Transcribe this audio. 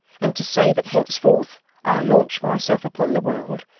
and to say that henceforth i launch myself upon the world,